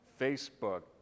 Facebook